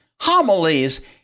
Homilies